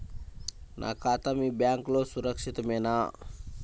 నా ఖాతా మీ బ్యాంక్లో సురక్షితమేనా?